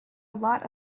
lot